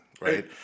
right